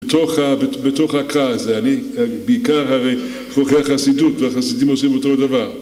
בתוך הכעס, אני בעיקר חוקר חסידות והחסידים עושים אותו דבר